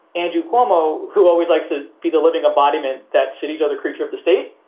andrew cuomo, who always likes to be the living embodiment, that city's other creature of the state.